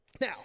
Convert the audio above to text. Now